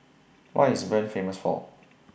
What IS Bern Famous For